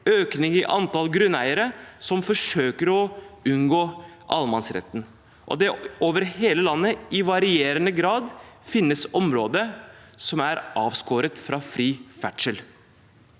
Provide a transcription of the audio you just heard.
økning i antall grunneiere som forsøker å unngå allemannsretten, og over hele landet, i varierende grad, finnes det områder som er avskåret fra fri ferdsel.